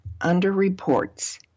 underreports